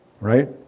Right